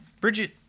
Bridget